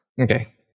Okay